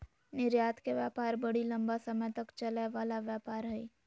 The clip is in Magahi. निर्यात के व्यापार बड़ी लम्बा समय तक चलय वला व्यापार हइ